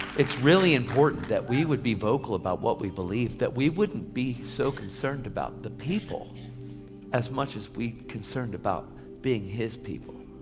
it's really important that we would be vocal about what we believe. that we wouldn't be so concerned about the people as much as we would concerned about being his people.